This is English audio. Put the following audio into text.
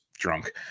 drunk